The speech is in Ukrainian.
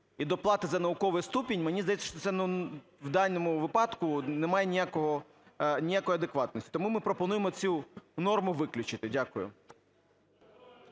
І доплати за науковий ступінь, мені здається, що це, ну, в даному випадку немає ніякого, ніякої адекватності. Тому ми пропонуємо цю норму виключити. Дякую.